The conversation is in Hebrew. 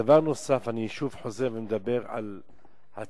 דבר נוסף, אני שוב חוזר ומדבר על הצומת,